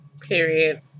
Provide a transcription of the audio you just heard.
Period